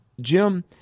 Jim